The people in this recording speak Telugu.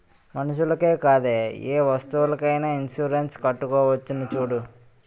మనుషులకే కాదే ఏ వస్తువులకైన ఇన్సురెన్సు చేసుకోవచ్చును చూడూ